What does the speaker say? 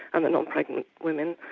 and the non-pregnant women.